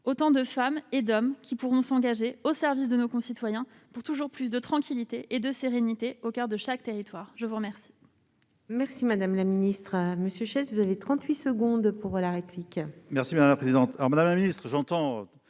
autant de femmes et d'hommes qui pourront s'engager au service de nos concitoyens pour toujours plus de tranquillité et de sérénité au coeur de chaque territoire. La parole